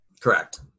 Correct